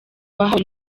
wahawe